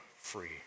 free